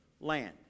land